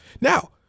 Now